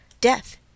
death